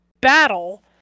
battle